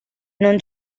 non